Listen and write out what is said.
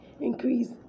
increase